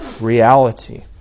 reality